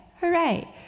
hooray